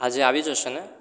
આજે આવી જશે ને